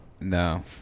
No